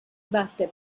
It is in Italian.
batte